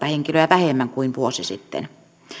henkilöä vähemmän kuin vuosi sitten